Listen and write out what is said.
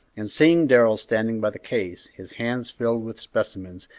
and seeing darrell standing by the case, his hands filled with specimens,